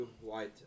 white